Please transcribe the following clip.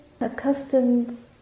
Accustomed